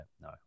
no